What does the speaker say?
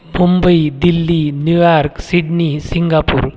Mumbai Delhi New York Sydney Singapore